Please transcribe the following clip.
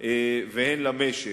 והן למשק.